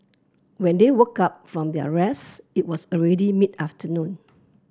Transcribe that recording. when they woke up from their rest it was already mid afternoon